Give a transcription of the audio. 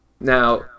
Now